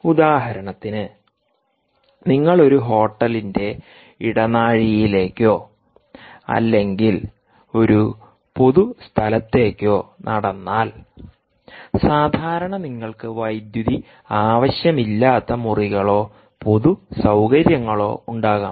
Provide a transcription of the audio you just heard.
ഉദാഹരണത്തിന് നിങ്ങൾ ഒരു ഹോട്ടലിന്റെ ഇടനാഴിയിലേക്കോ അല്ലെങ്കിൽ ഒരു പൊതു സ്ഥലത്തേക്കോ നടന്നാൽ സാധാരണ നിങ്ങൾക്ക് വൈദ്യുതി ആവശ്യമില്ലാത്ത മുറികളോ പൊതു സൌകര്യങ്ങളോ ഉണ്ടാകാം